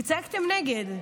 וצעקתם "נגד".